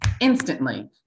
instantly